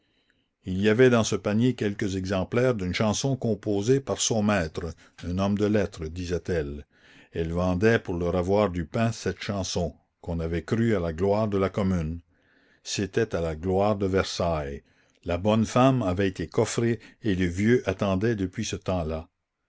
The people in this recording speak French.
il y avait dans ce panier quelques exemplaires d'une chanson composée par son maître un homme de lettres disait-elle elle vendait pour leur avoir du pain cette chanson qu'on avait crue à la gloire de la commune c'était à la gloire de versailles la la commune bonne femme avait été coffrée et le vieux attendait depuis ce temps-là